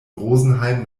rosenheim